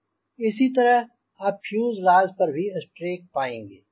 Refer Slide Time 2953 इसी तरह आप फ्यूजेलाज पर भी स्ट्रेक पाएंँगे